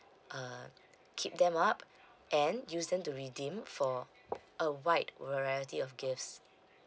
uh keep them up and use them to redeem for a wide variety of gifts